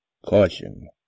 CAUTION